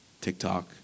TikTok